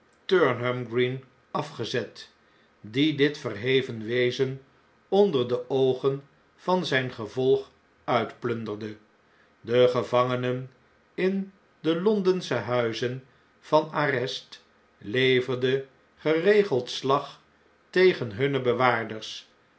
opturnhamgrreen afgezet die dit verheven wezen onder de oogen van zjjn geyolg uitplunderde de gevangenen in de londensche huizen van arrest leverde geregeld slag tegen hunne